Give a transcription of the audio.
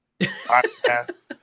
podcast